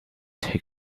take